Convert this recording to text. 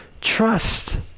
trust